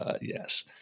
yes